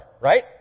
right